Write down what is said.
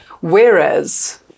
Whereas